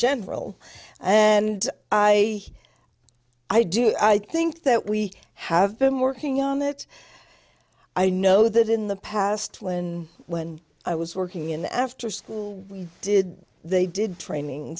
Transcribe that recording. general and i i do i think that we have been working on that i know that in the past when when i was working in the after school we did they did training